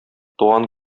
туган